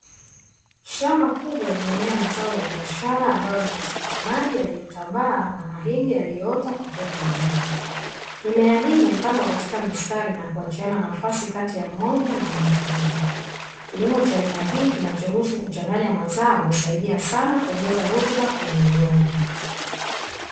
Shamba kubwa limemea mazao yaliyotanda ambayo ni matikiti maji yayiloota kwa kwenda juu, Mimea Hii imepandwa katika mistari na kuachiana nafasi Kati ya Mmoja na mwingine, Kilimo cha aina Hii kinachoruhusu kuchanganya mazao husaidia sana kuongeza rutuba kwenye udongo.